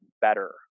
better